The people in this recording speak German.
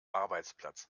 arbeitsplatz